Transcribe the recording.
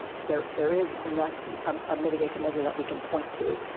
there there is not a mitigation measure that we can point to.